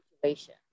situation